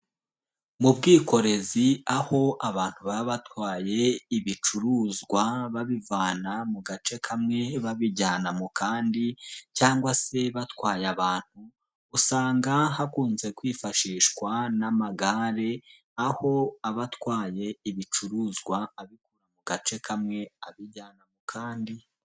Mu bwikorezi aho abantu baba batwaye ibicuruzwa babivana mu gace kamwe babijyana mu kandi cyangwa se batwaye abantu, usanga hakunze kwifashishwa n'amagare aho abatwaye ibicuruzwa abi mu gace kamwe abijyana kandi.